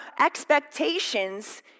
expectations